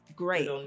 great